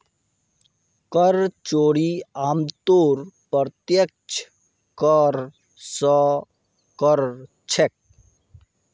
कर चोरी आमतौरत प्रत्यक्ष कर स कर छेक